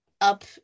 up